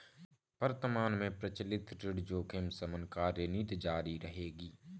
वर्तमान में प्रचलित ऋण जोखिम शमन कार्यनीति जारी रहेगी